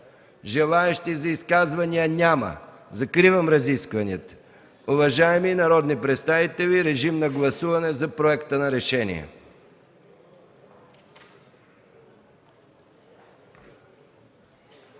желаещи за изказвания? Няма. Закривам разискванията. Уважаеми народни представители, режим на гласуване за Проекта на решение.